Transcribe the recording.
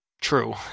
true